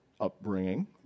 Upbringing